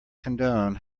condone